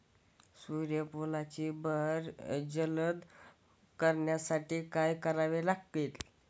सूर्यफुलाची बहर जलद करण्यासाठी काय करावे लागेल?